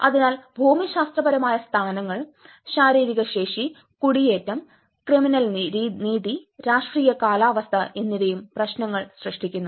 അതിനാൽ ഭൂമിശാസ്ത്രപരമായ സ്ഥാനങ്ങൾ ശാരീരിക ശേഷി കുടിയേറ്റം ക്രിമിനൽ നീതി രാഷ്ട്രീയ കാലാവസ്ഥ എന്നിവയും പ്രശ്നങ്ങൾ സൃഷ്ടിക്കുന്നു